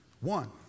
One